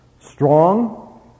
strong